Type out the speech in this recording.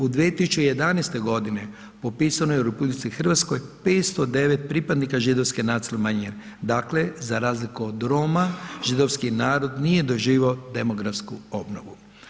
U 2011.g. popisano je u RH 509 pripadnika židovske nacionalne manjine, dakle za razliku od Roma židovski narod nije doživio demografsku obnovu.